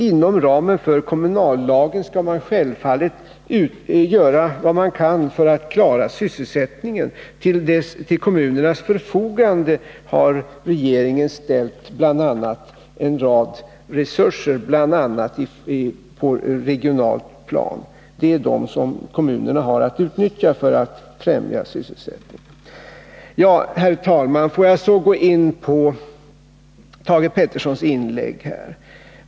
Inom ramen för kommunallagen skall man självfallet göra vad man kan för att klara sysselsättningen. Till kommunernas förfogande har regeringen ställt en rad resurser, bl.a. på det regionala planet, och det är dem som kommunerna har att utnyttja för att främja sysselsättningen. Herr talman! Får jag då gå in på Thage Petersons inlägg.